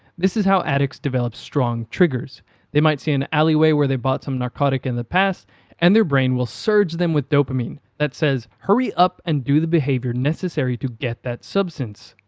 this is how addicts develop strong triggers they might see an alleyway where they bought some narcotic in the past and their brain will surge them with dopamine that says hurry up and do the behavior necessary to get that substance!